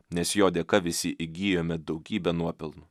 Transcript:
nes jo dėka visi įgijome daugybę nuopelnų